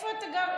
איפה אתה גר,